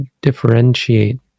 differentiate